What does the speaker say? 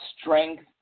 strength